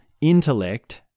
intellect